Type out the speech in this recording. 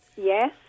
Yes